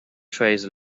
trays